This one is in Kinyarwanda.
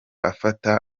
afata